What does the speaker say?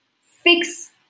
fix